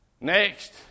Next